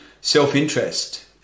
self-interest